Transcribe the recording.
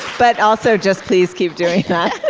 but also just please keep doing that